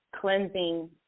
cleansing